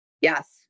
Yes